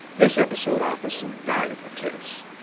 this episode offers some valuable tips